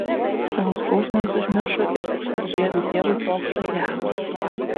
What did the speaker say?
savo skausmą jis užmiršo ir tik storžieviui tėvui trokšta gero